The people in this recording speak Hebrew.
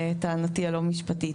לטענתי הלא משפטית,